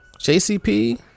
JCP